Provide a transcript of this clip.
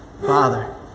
Father